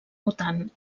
mutants